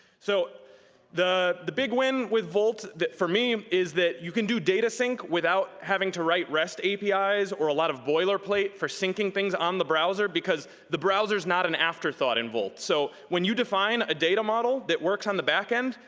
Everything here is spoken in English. so the the big win with volt that for me, is that you can do data sync without having to write rest api's or a lot of boilerplate for syncing things on the browser because the browser's not an afterthought in volt. so when you define a data model that works on the back end,